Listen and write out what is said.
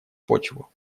почву